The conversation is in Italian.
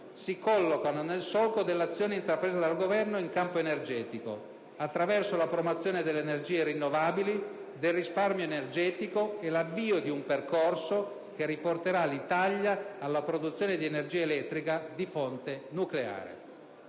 si collocano nel solco dell'azione intrapresa dal Governo in campo energetico, attraverso l'approvazione delle energie rinnovabili, del risparmio energetico e l'avvio di un percorso che riporterà l'Italia alla produzione di energia elettrica di fonte nucleare.